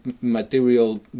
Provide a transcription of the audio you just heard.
material